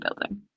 building